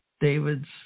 David's